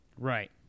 Right